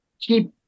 keep